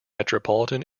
metropolitan